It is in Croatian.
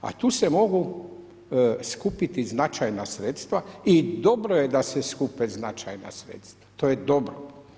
A tu se mogu skupiti značajan sredstva i dobro je da se supe značajna sredstva, to je dobro.